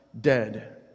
dead